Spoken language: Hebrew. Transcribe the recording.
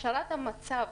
השארת המצב